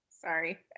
Sorry